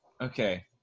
Okay